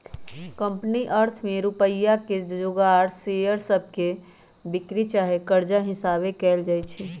company अर्थ में रुपइया के जोगार शेयर सभके बिक्री चाहे कर्जा हिशाबे कएल जाइ छइ